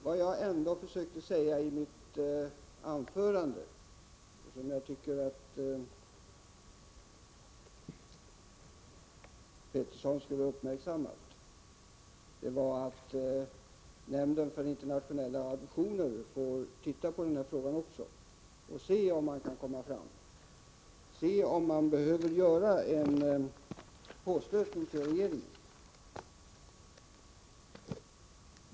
Vad jag försökte säga i mitt anförande — det tycker jag att Lennart Pettersson borde ha uppmärksammat — var att nämnden för internationella adoptionsfrågor får titta på den här frågan också och se om man behöver göra en påstötning hos regeringen.